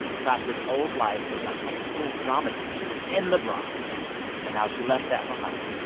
natasha's old life as a high school drama teacher in the bronx and how she left that behind.